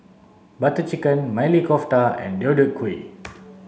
Butter Chicken Maili Kofta and Deodeok Gui